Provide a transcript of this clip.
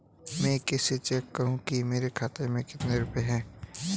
मैं कैसे चेक करूं कि मेरे खाते में कितने रुपए हैं?